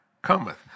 cometh